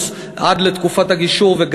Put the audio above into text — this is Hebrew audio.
מייצור של 12 טונות הם עכשיו ב-2.5 טונות ביום.